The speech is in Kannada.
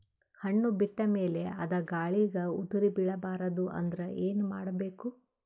ಹಣ್ಣು ಬಿಟ್ಟ ಮೇಲೆ ಅದ ಗಾಳಿಗ ಉದರಿಬೀಳಬಾರದು ಅಂದ್ರ ಏನ ಮಾಡಬೇಕು?